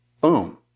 Boom